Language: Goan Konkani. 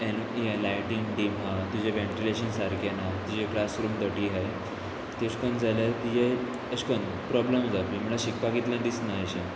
लायटींग डीम आहा तुजें वेन्टिलेशन सारकें ना तुजें क्लासरूम धटी हाय तेश कोन्न जाल्यार तिजे अेशकोन्न प्रोब्लम जावपी म्हळ्यार शिकपाक इतलें दिसना अशें